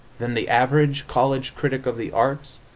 then the average college critic of the arts,